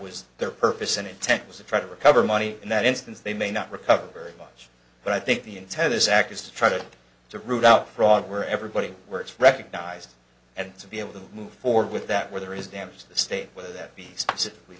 was their purpose and intent was to try to recover money in that instance they may not recover very much but i think the intent this act is to try to to root out fraud where everybody works recognized and to be able to move forward with that where there is damage to the state whether that be specifically